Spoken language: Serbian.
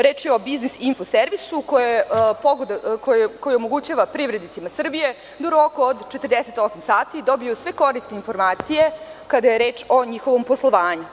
Reč je o Biznis info servisu koji omogućava privrednicima Srbije da u roku od 48 sati dobiju sve korisne informacije kada je reč o njihovom poslovanju.